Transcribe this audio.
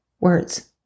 words